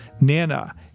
Nana